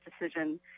decision